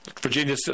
virginia